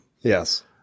Yes